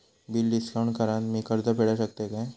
Bill discount करान मी कर्ज फेडा शकताय काय?